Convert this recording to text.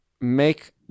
make